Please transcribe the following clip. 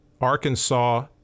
Arkansas